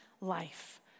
life